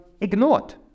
ignored